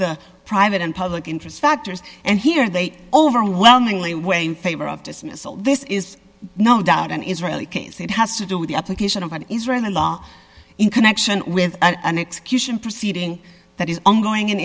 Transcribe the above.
the private and public interest factors and here they overwhelmingly weigh in favor of dismissal this is no doubt an israeli case that has to do with the application of an israeli law in connection with an execution proceeding that is ongoing in